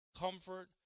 Comfort